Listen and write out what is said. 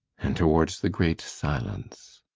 and towards the great silence.